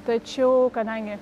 tačiau kadangi